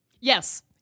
Yes